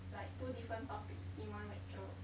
like two different topics in one lecture